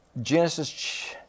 Genesis